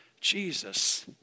Jesus